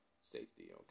safety